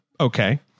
okay